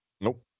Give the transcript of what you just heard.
Nope